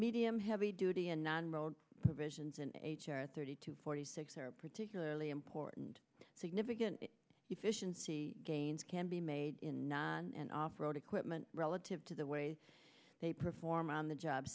medium heavy duty and non road provisions in h r at thirty two forty six are particularly important significant efficiency gains can be made in na and off road equipment relative to the way they perform on the job